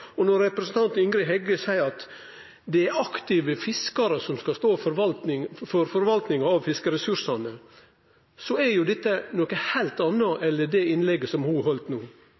Når representanten Ingrid Heggø seier at det er aktive fiskarar som skal stå for forvaltinga av fiskeressursane, er jo det noko heilt anna enn det innlegget ho heldt no.